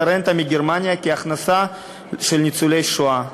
הרנטה מגרמניה כהכנסה של ניצולי השואה.